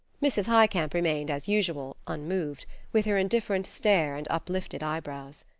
mrs. highcamp remained, as usual, unmoved, with her indifferent stare and uplifted eyebrows.